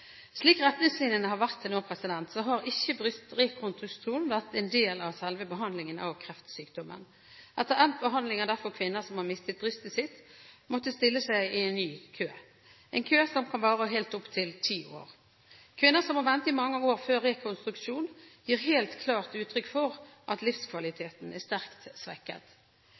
Slik retningslinjene har vært til nå, har ikke brystrekonstruksjon vært en del av selve behandlingen av kreftsykdommen. Etter endt behandling har derfor kvinner som har mistet brystet, måttet stille seg i en ny kø – en kø som kan vare i opptil ti år. Kvinner som må vente i mange år før rekonstruksjon, gir helt klart uttrykk for at livskvaliteten er sterkt svekket.